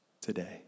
today